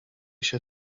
się